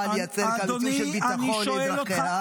לייצר כאן ייצוב של ביטחון לאזרחיה,